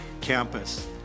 Campus